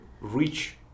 reach